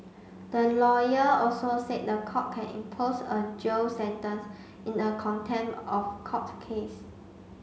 the lawyer also said the court can impose a jail sentence in a contempt of court case